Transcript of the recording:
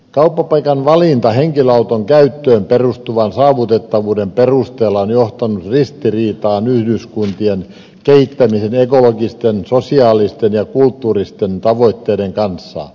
kauppapaikan valinta henkilöauton käyttöön perustuvan saavutettavuuden perusteella on johtanut ristiriitaan yhdyskuntien kehittämisen ekologisten sosiaalisten ja kulttuuristen tavoitteiden kanssa